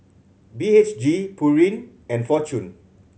B H G Pureen and Fortune